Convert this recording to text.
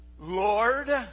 Lord